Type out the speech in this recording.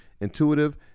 intuitive